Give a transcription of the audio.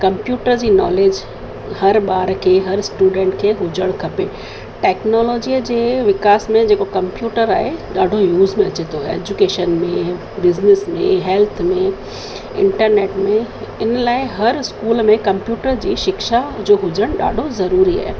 computer जी knowledge हर ॿार खे हर स्टूडेंट खे हुजणु खपे टेक्नोलॉजीअ जे विकास में जेको कंप्यूटर आहे ॾाढो यूज़ अचे थो एजुकेशन में बिज़निस में हेल्थ में इंटरनेट में इन लाइ हर स्कूल में कंप्यूटर जी शिक्षा जो हुजणु ॾाढो ज़रूरी आहे